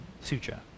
sutra